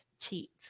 cheat